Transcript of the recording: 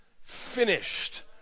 finished